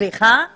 אני